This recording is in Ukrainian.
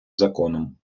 законом